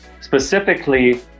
specifically